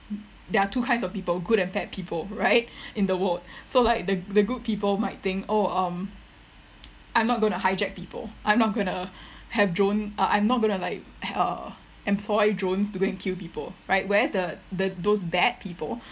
there are two kinds of people good and bad people right in the world so like the the good people might think oh um I'm not going to hijack people I'm not gonna have drone uh I'm not gonna like uh employ drones to go and kill people right whereas the the those bad people